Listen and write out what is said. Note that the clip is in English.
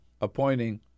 appointing